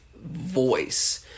voice